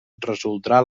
resoldrà